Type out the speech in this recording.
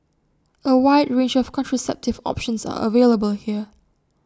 A wide range of contraceptive options are available here